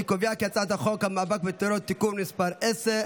אני קובע כי הצעת חוק המאבק בטרור (תיקון מס' 10),